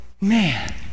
man